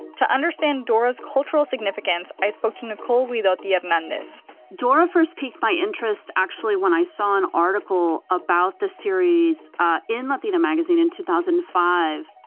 to understand dora's cultural significance, i spoke to nicole guidotti-hernandez dora first piqued my interest actually when i saw an article about the series in latina magazine in two thousand and five,